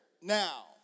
now